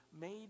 made